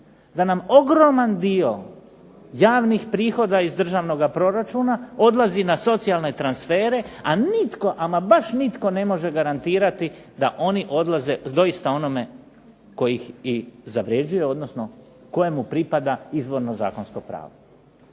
da nam ogroman dio javnih prihoda iz državnog proračuna odlazi na socijalne transfere, a nitko, ama baš nitko ne može garantirati da oni odlaze doista onome tko ih i zavređuje, odnosno kojemu pripada izvorno zakonsko pravo